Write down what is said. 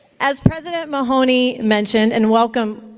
as president mahoney mentioned and welcome,